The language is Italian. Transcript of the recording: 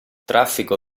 traffico